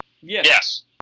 Yes